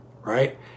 right